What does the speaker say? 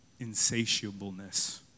insatiableness